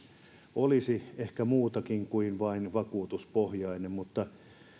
olisi ehkä muutakin kuin vain vakuutuspohjainen mutta